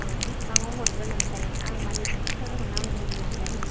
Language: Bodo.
औ बिसिबाङाव हरगोन आमफ्राय आं मानि बिदि कालारखौ नांगौमोन नालाय